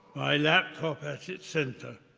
my laptop at its centre,